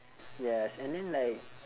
yes and then like